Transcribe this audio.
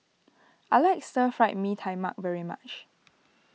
I like Stir Fried Mee Tai Mak very much